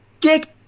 kick